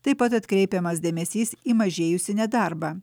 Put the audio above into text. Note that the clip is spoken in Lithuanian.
taip pat atkreipiamas dėmesys į mažėjusį nedarbą